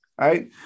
right